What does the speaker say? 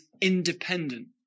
independent